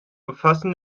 umfassen